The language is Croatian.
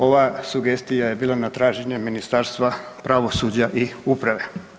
Ova sugestija je bila na traženje Ministarstva pravosuđa i uprave.